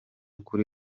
kuri